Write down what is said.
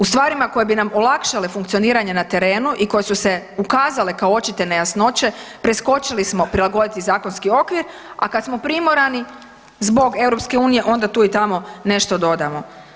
U stvarima koje bi nam olakšale funkcioniranje na terenu i koje su se ukazale kao očite nejasnoće, preskočili smo prilagoditi zakonski okvir, a kad smo primorani zbog Europske Unije, onda tu i tamo nešto dodamo.